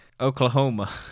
Oklahoma